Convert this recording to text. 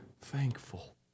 thankful